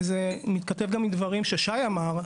וזה מתכתב גם עם דברים ששי אמר.